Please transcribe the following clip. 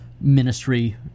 ministry